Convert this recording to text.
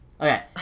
Okay